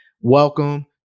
Welcome